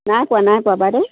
নাই পোৱা নাই পোৱা বাইদেউ